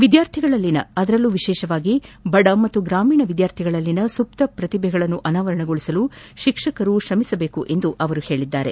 ವಿದ್ಯಾರ್ಥಿಗಳಲ್ಲಿನ ಅದರಲ್ಲೂ ವಿಶೇಷವಾಗಿ ಬಡ ಮತ್ತು ಗ್ರಾಮೀಣ ವಿದ್ವಾರ್ಥಿಗಳಲ್ಲಿನ ಸುಪ್ತ ಪ್ರತಿಭೆಗಳನ್ನು ಅನಾವರಣಗೊಳಿಸಲು ಶಿಕ್ಷಕರು ಶ್ರಮಿಸಬೇಕು ಎಂದು ಅವರು ಹೇಳಿದ್ದಾರೆ